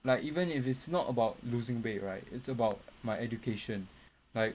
like even if it's not about losing weight right it's about my education like